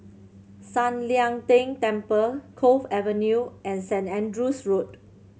San Lian Deng Temple Cove Avenue and Saint Andrew's Road